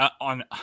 on